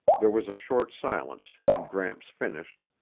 there was a short silence and gramps finished,